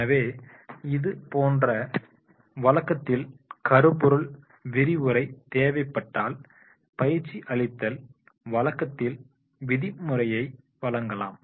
எனவே இது போன்ற வழக்கத்தில் கருப்பொருள் விரிவுரை தேவைப்பட்டால் பயிற்சி அளித்தல் வழக்கத்தில் விதிமுறையை வழங்கலாம்